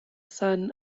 son